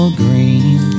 green